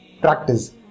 practice